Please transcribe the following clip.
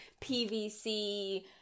PVC